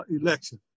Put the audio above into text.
election